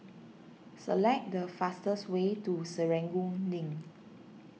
select the fastest way to Serangoon Link